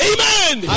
Amen